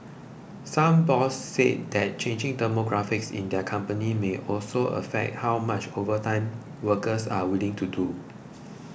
some bosses said that changing demographics in their companies may also affect how much overtime workers are willing to do